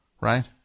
Right